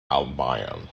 albion